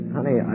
Honey